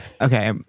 Okay